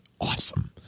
awesome